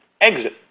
exit